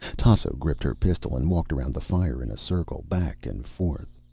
tasso gripped her pistol and walked around the fire in a circle, back and forth.